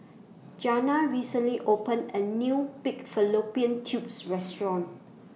Jana recently opened A New Pig Fallopian Tubes Restaurant